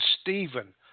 Stephen